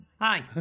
Hi